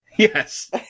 Yes